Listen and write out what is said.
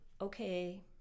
okay